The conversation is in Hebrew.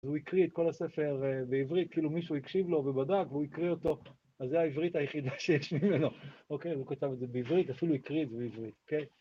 והוא הקריא את כל הספר בעברית, כאילו מישהו הקשיב לו ובדק, והוא הקריא אותו, אז זו העברית היחידה שיש ממנו. אוקיי, הוא כותב את זה בעברית, אפילו הקריא את זה בעברית, כן?